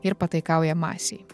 ir pataikauja masei